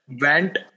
went